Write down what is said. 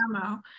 demo